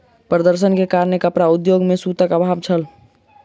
प्रदर्शन के कारण कपड़ा उद्योग में सूतक अभाव छल